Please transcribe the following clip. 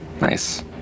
Nice